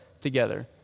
together